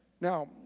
Now